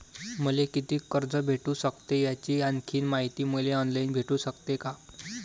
मले कितीक कर्ज भेटू सकते, याची आणखीन मायती मले ऑनलाईन भेटू सकते का?